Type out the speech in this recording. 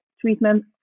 treatment